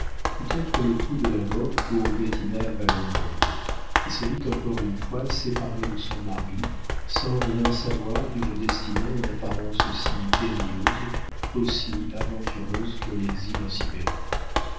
pût être le coup de la mort pour bettina wallenrod qui se vit encore une fois séparée de son mari sans rien savoir d'une destinée en apparence aussi périlleuse aussi aventureuse que l'exil en sibérie